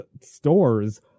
stores